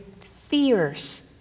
fierce